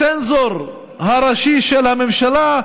הצנזור הראשי של הממשלה,